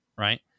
Right